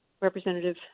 representative